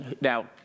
Now